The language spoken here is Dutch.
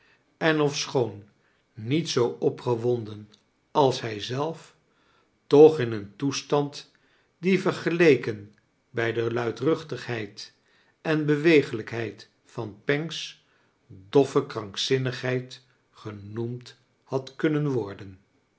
en ofschoon niet zoo opgewonden als hij zelf toch in een toestand die vergeleken bij de luidruchtigheid en bewegelijkheid van pancks doffe krankzinnigheid genoemd had kunnen worden